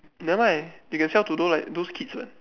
never mind they can sell to those like those kids what